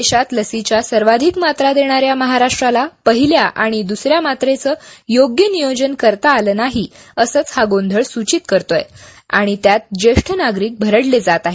देशात लसीच्या सर्वाधिक मात्रा देणाऱ्या महाराष्ट्राला पहिल्या आणि दुसऱ्या मात्रेचं योग्य नियोजन करता आलं नाही असंच हा गोंधळ सूचित करतो आहे आणि त्यात ज्येष्ठ नागरिक भरडले जात आहेत